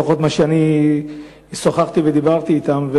לפחות ממה שאני שוחחתי ודיברתי אתם.